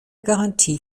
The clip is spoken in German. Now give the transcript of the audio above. garantie